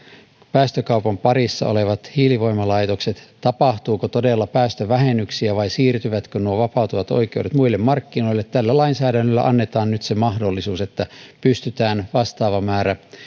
päästökaupan parissa olevien hiilivoimalaitosten suhteen on ollut huoli siitä että tapahtuuko todella päästövähennyksiä vai siirtyvätkö nuo vapautuvat oikeudet muille markkinoille ja tällä lainsäädännöllä annetaan nyt se mahdollisuus että pystytään vastaava määrä